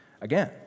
again